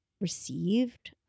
received